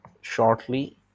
shortly